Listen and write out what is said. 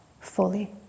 fully